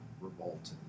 revolt